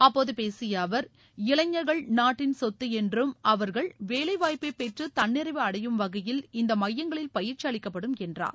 அப்போது பேசிய அவர் இளைஞர்கள் நாட்டின் சொத்து என்றும் அவர்கள் வேலை வாய்ப்பை பெற்று தன்னிறைவு அடையும் வகையில் இந்த மையங்களில் பயிற்சி அளிக்கப்படும் என்றார்